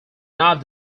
not